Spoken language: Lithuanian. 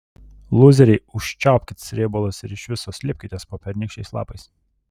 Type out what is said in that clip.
lūzeriai užčiaupkit srėbalus ir iš viso slėpkitės po pernykščiais lapais